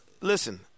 Listen